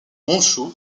honshū